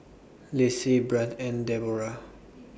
Lacy Brandt and Debora